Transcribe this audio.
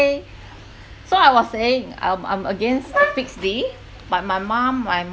so I was saying um I'm against fixed D but my mum my